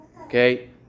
Okay